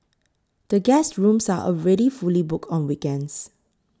the guest rooms are already fully booked on weekends